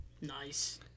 Nice